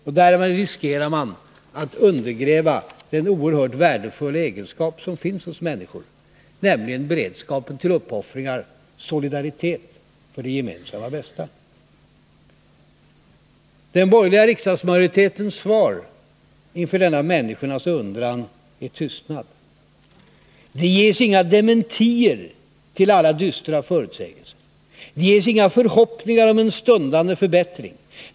Och därmed riskerar man att undergräva den oerhört värdefulla egenskap som finns hos människor, nämligen beredskap till uppoffringar, solidaritet för det gemensamma bästa. Den borgerliga riksdagsmajoritetens svar inför denna människornas undran är tystnad. Det ges inga dementier till alla dystra förutsägelser. Det gesinga förhoppningar om en stundande förbättring.